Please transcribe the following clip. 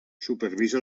supervisa